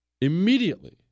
Immediately